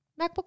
MacBook